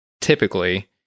typically